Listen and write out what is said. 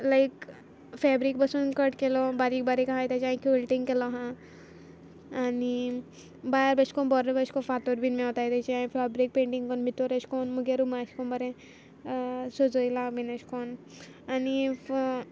लायक fabric बसून cut केलो बारीक बारीक आहाय तेजे क्विल्टींग केलो आहा आनी भायर एशेको बोरे फातोर बी मेवताय तेजे फेब्रीक पेंटींग कोन्न भितर एशे कोन्न भितर म्हुगे रुमा बोरें सोजोयलां बीन एशें कोन्न आनी